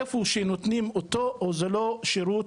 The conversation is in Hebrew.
ואיפה שנותנים את השירות זה לא שירות